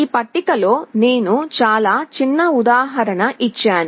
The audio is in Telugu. ఈ పట్టికలో నేను చాలా చిన్న ఉదాహరణ ఇచ్చాను